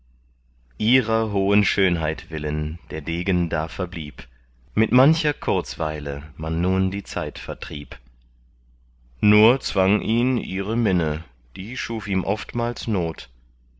ihrer hohen schönheit willen der degen da verblieb mit mancher kurzweile man nun die zeit vertrieb nur zwang ihn ihre minne die schuf ihm oftmals not